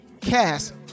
cast